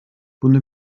bunu